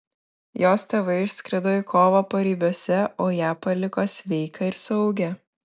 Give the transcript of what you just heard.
jos tėvai išskrido į kovą paribiuose o ją paliko sveiką ir saugią